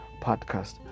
podcast